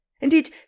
Indeed